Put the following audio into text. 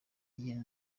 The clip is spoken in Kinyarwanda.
iyo